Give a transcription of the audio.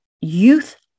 youth